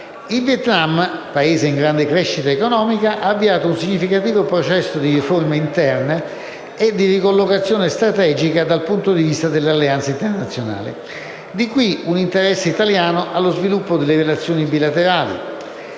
Il Vietnam, Paese in grande crescita economica, ha avviato un significativo processo di riforme interne e di ricollocazione strategica dal punto di vista delle alleanze internazionali. Da qui l'interesse italiano allo sviluppo delle relazioni bilaterali,